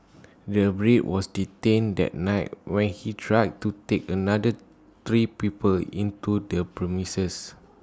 the Brit was detained that night when he tried to take another three people into the premises